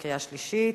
בקריאה שלישית.